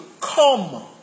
come